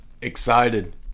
Excited